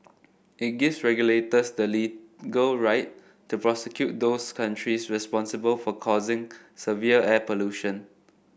it gives regulators the legal right to prosecute those countries responsible for causing severe air pollution